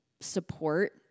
support